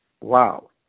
wow